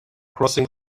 crossing